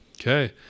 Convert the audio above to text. okay